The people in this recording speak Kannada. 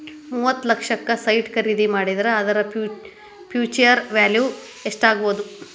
ಮೂವತ್ತ್ ಲಕ್ಷಕ್ಕ ಸೈಟ್ ಖರಿದಿ ಮಾಡಿದ್ರ ಅದರ ಫ್ಹ್ಯುಚರ್ ವ್ಯಾಲಿವ್ ಯೆಸ್ಟಾಗ್ಬೊದು?